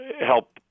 help